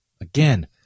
Again